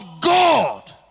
God